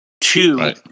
Two